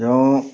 ଯେଉଁ